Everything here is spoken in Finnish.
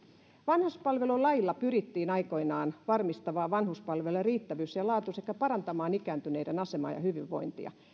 vanhuspalvelulailla pyrittiin aikoinaan varmistamaan vanhuspalvelujen riittävyys ja laatu sekä parantamaan ikääntyneiden asemaa ja hyvinvointia